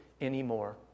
anymore